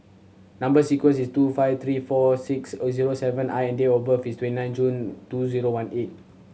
number sequence is T two five three four six O zero seven I and date of birth is twenty nine June two zero one eight